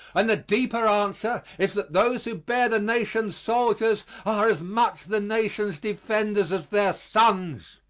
and the deeper answer is that those who bear the nation's soldiers are as much the nation's defenders as their sons.